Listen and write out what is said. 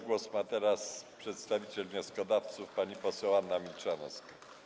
Głos ma przedstawiciel wnioskodawców pani poseł Anna Milczanowska.